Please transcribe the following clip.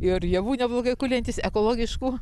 ir javų neblogai kuliantis ekologiškų